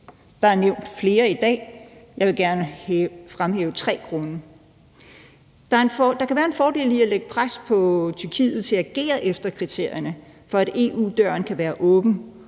Der er nævnt flere i dag, og jeg vil gerne fremhæve tre grunde. Der kan være en fordel i at lægge pres på Tyrkiet til at agere efter kriterierne for at holde EU-døren åben